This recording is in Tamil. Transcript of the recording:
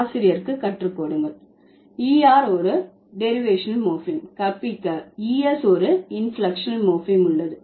ஆசிரியருக்குக் கற்றுக்கொடுங்கள் er ஒரு டெரிவேஷனல் மோர்பீம் கற்பிக்க es ஒரு இன்பிளெக்க்ஷனல் மோர்பீம் உள்ளது